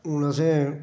हून असें